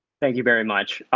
thank you very much.